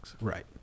Right